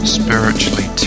spiritually